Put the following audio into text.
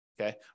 okay